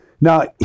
Now